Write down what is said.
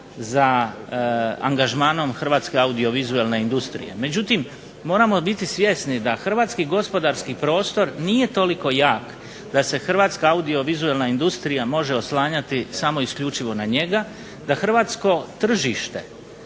za angažmanom hrvatske audiovizualne industrije međutim moramo biti svjesni da Hrvatski gospodarski prostor nije toliko jak da se hrvatska audiovizualna industrija može oslanjati isključivo na njega. DA hrvatsko tržište